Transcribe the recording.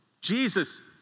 Jesus